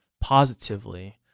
positively